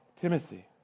Timothy